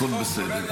הכול בסדר.